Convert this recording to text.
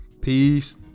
Peace